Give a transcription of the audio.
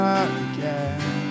again